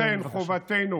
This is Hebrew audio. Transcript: לכן, חובתנו